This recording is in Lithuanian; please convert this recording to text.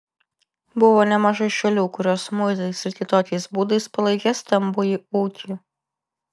buvo nemažai šalių kurios muitais ir kitokiais būdais palaikė stambųjį ūkį